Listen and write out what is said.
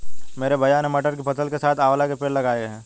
मेरे भैया ने मटर की फसल के साथ आंवला के पेड़ लगाए हैं